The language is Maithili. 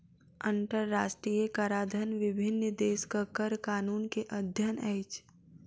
अंतरराष्ट्रीय कराधन विभिन्न देशक कर कानून के अध्ययन अछि